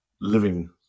living